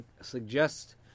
suggest